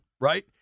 right